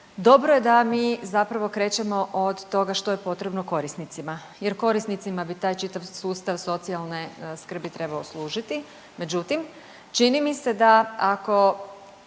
Dobro je da mi zapravo krećemo od toga što je potrebno korisnicima jer korisnicima bi taj čitav sustav socijalne skrbi trebao služiti. Međutim, čini mi se da ako